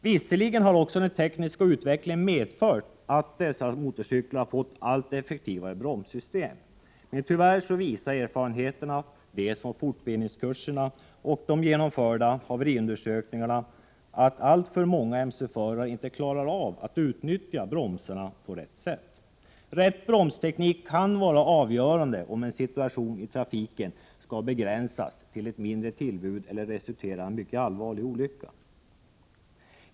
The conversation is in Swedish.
Visserligen har också den tekniska utvecklingen medfört att dessa motorcyklar fått allt effektivare bromssystem. Men tyvärr visar erfarenheterna från fortbildningskurserna och de genomförda haveriundersökningarna att alltför många mc-förare inte klarar av att utnyttja bromsarna på rätt sätt. Rätt bromsteknik kan vara avgörande för om en situation i trafiken skall begränsas till ett mindre tillbud eller resultera i en mycket allvarliga olycka.